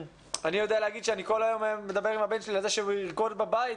אני יודע להגיד שאני כל יום מדבר עם הבן שלי על זה שהוא ירקוד בבית,